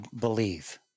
believe